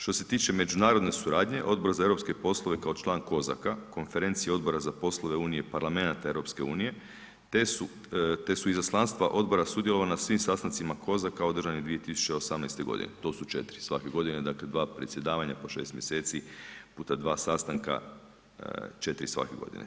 Što se tiče međunarodne suradnje Odbor za eu poslove kao član COSAC-a, Konferencije odbora za poslove Unije parlamenata EU te su izaslanstva odbora sudjelovala na svim sastancima COSAC-a održanih 2018. godine, to su 4 svake godine, dakle 2 predsjedavanja po 6 mjeseci puta 2 sastanka, 4 svake godine.